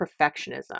perfectionism